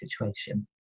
situation